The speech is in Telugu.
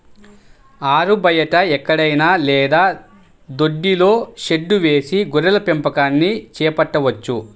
ఆరుబయట ఎక్కడైనా లేదా దొడ్డిలో షెడ్డు వేసి గొర్రెల పెంపకాన్ని చేపట్టవచ్చు